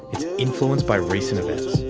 it's influenced by recent events